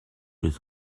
les